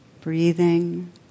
breathing